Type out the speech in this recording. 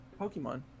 pokemon